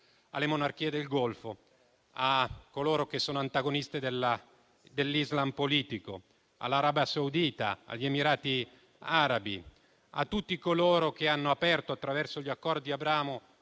alle monarchie del Golfo, a coloro che sono antagoniste dell'Islam politico, all'Arabia Saudita, agli Emirati Arabi, a tutti coloro che hanno aperto, attraverso gli accordi di Abramo,